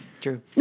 True